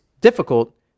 difficult